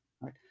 right